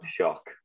shock